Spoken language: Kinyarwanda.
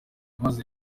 maze